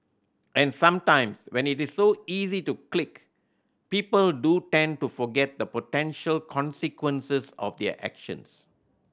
and sometimes when it's so easy to click people do tend to forget the potential consequences of their actions